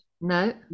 No